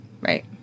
Right